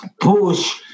push